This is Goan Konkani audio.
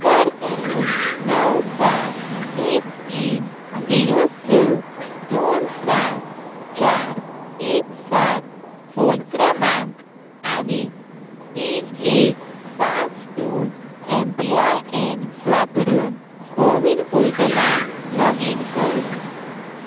उपकार करून णव सात एक तीन झिरो स दोन सात चार एक सात फोन क्रमांक आनी तीन एक पांच दोन एम पी आय एन वापरून कोविन पोर्टलांत लॉगीन कर